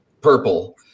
purple